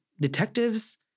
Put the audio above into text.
detectives